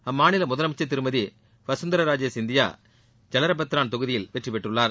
அம்மாநில முதலமைச்சர் திருமதி வகந்தர ரஜே சிந்தியா ஜலரபத்ரான் தொகுதியில் வெற்றி பெற்றுள்ளார்